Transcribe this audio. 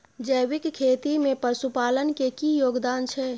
जैविक खेती में पशुपालन के की योगदान छै?